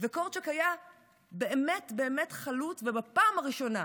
וקורצ'אק היה באמת באמת חלוץ, ובפעם הראשונה